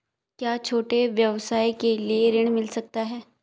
क्या कोई छोटे व्यवसाय के लिए ऋण मिल सकता है?